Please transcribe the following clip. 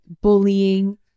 bullying